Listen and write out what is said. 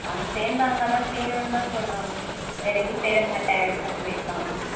அவன் சேர்ந்தா அங்கே தான் சேருவேன் தான் சொல்கிறான் வேறு எங்கேயும் சேரமாட்டேன் தான் சொல்லிருக்கான்